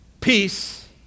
peace